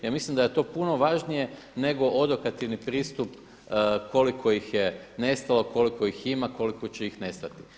Ja mislim da je to puno važnije nego odokativni pristup koliko ih je nestalo, koliko ih ima, koliko će ih nestati.